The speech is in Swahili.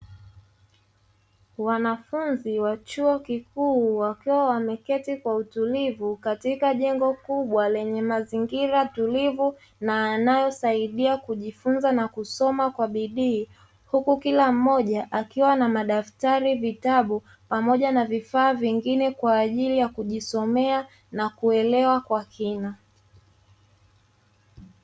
Wanafunzi wa chuo kikuu wakiwa wameketi kwa utulivu katika jengo kubwa; lenye mazingira tulivu na yanayosaidia kusoma kwa bidii huku kila mmoja akiwa na madaftari, vitabu pamoja na vifaa vingine kwa ajili ya kujisomea na kuelewa kwa kina.